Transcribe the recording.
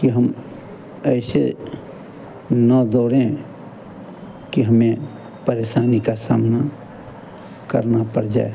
कि हम ऐसे ना दौड़ें कि हमें परेशानी का सामना करना पर जाए